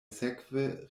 sekve